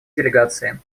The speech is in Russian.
делегации